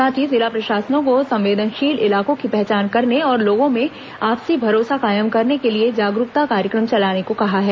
साथ ही जिला प्रशासनों को संवेदनशील इलाकों की पहचान करने और लोगों में आपसी भरोसा कायम करने के लिए जागरूकता कार्यक्रम चलाने को कहा है